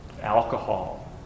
Alcohol